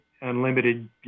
unlimited